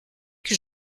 que